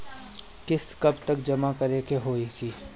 किस्त कब तक जमा करें के होखी?